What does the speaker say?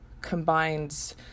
combines